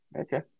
Okay